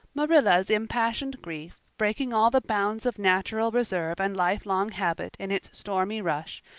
marilla's impassioned grief, breaking all the bounds of natural reserve and lifelong habit in its stormy rush,